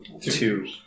two